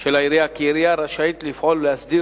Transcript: של העירייה כי "עירייה רשאית לפעול ולהסדיר